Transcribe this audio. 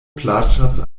plaĉas